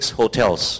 hotels